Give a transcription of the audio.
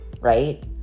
right